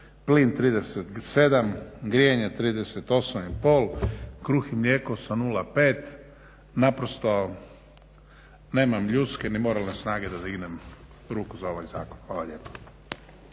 plin 37, grijanje 38 i pol, kruh i mlijeko sa 0,5 naprosto nemam ljudske ni moralne snage da dignem ruku za ovaj zakon. Hvala lijepo.